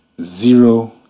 zero